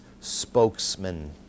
spokesman